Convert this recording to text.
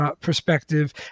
perspective